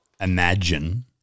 imagine